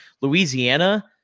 Louisiana